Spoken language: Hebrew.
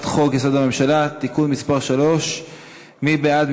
חוק-יסוד: הממשלה (תיקון מס' 3). מי בעד?